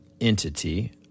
entity